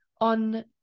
on